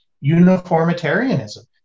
uniformitarianism